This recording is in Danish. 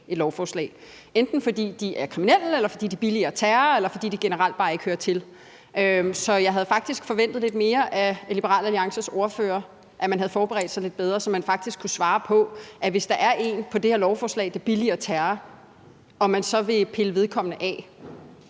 enten er kriminelle, billiger terror eller generelt bare ikke hører til. Så jeg havde faktisk forventet lidt mere af Liberal Alliances ordfører, altså at man havde forberedt sig lidt bedre, så man faktisk kunne svare på, om man – hvis der er en på det her lovforslag, som billiger terror – vil pille vedkommende af